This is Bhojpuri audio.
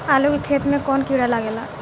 आलू के खेत मे कौन किड़ा लागे ला?